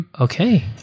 okay